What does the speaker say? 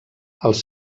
els